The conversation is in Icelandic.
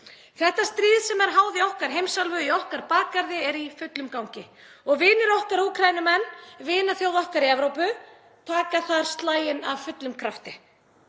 Þetta stríð sem er háð í okkar heimsálfu, í okkar bakgarði, er í fullum gangi og vinir okkar, Úkraínumenn, vinaþjóð okkar í Evrópu, taka þar slaginn af fullum krafti